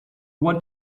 what